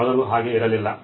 ಮೊದಲು ಹಾಗೆ ಇರಲಿಲ್ಲ